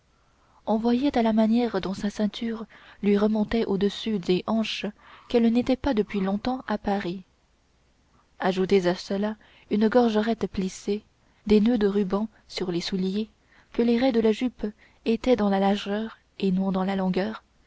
on voyait à la manière dont sa ceinture lui remontait au-dessus des hanches qu'elle n'était pas depuis longtemps à paris ajoutez à cela une gorgerette plissée des noeuds de rubans sur les souliers que les raies de la jupe étaient dans la largeur et non dans la longueur